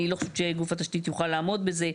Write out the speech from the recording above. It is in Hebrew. אני לא חושבת שגוף התשתית יוכל לעמוד בזה.